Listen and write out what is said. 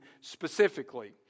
specifically